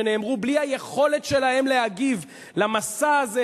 שנאמרו בלי היכולת שלהם להגיב על המסע הזה